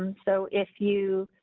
um so, if you.